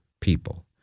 people